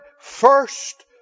first